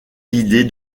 l’idée